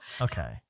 okay